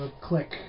click